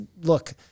look